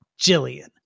Jillian